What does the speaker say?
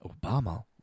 Obama